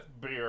beer